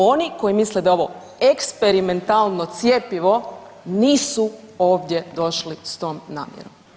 Oni koji misle da je ovo eksperimentalno cjepivo nisu ovdje došli s tom namjerom.